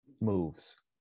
moves